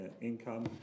income